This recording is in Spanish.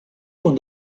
con